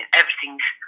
everything's